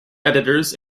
editors